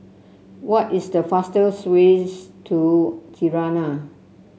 what is the fastest ways to Tirana